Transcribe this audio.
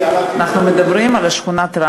אנחנו מדברים על הפינוי בלבד, לא על הפתרון הכללי.